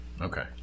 Okay